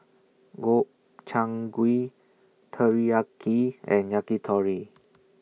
Gobchang Gui Teriyaki and Yakitori